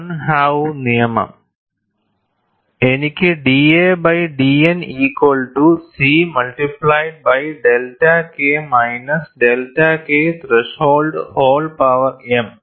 Donahue നിയമം എനിക്ക് da by dN equal to C multiplied by delta K minus delta K threshold whole power m